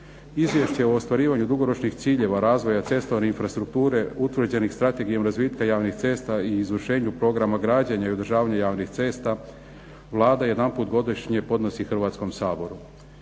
Izvješće o ostvarivanju dugoročnih ciljeva razvoja cestovne infrastrukture utvrđenih strategijom razvitka javnih cesta i izvršenju programa građenja i održavanja javnih cesta Vlada jedanput godišnje podnosi Hrvatskom saboru.